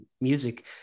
music